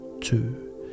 two